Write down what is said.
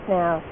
now